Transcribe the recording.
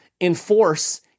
enforce